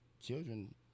children